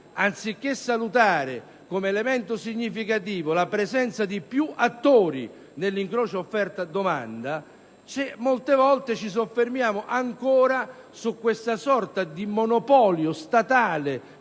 anziché salutare come elemento significativo la presenza di più attori nell'incrocio offerta‑domanda, molte volte ci soffermiamo ancora su questa sorta di monopolio statale